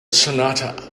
sonata